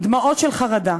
בדמעות של חרדה.